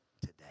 today